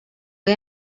hay